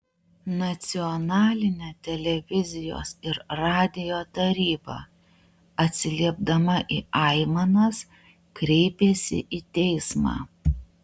nacionalinė televizijos ir radijo taryba atsiliepdama į aimanas kreipėsi į teismą